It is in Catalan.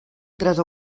tres